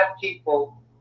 people